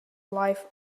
life